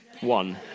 one